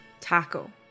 Taco